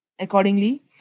accordingly